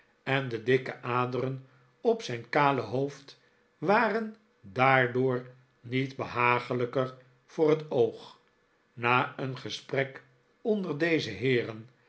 en de dikke aderen op zijn kale hoofd waren daardoor niet behaaglijker voor het oog na een gesprek onder deze heeren